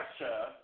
Russia